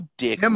dick